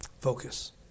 focus